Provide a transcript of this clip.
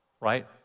right